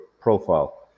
profile